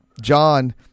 John